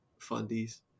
fundies